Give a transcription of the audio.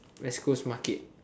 west coast market